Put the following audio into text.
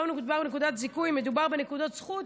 לא מדובר בנקודת זיכוי,